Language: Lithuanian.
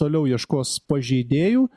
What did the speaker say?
toliau ieškos pažeidėjų